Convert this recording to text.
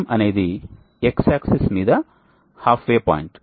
Vm అనేది X axis మీద half way point